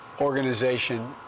organization